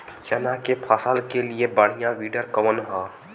चना के फसल के लिए बढ़ियां विडर कवन ह?